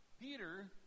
Peter